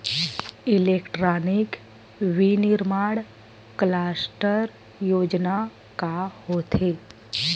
Electronic विनीर्माण cluster योजना का होथे?